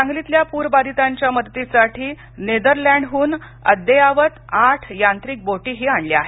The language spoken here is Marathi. सांगलीतल्या पूर बाधितांच्या मदतीसाठी नेदरलँडहून अद्ययावत आठ यांत्रिक बोटीही आणल्या आहेत